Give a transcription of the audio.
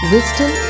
Wisdom